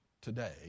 today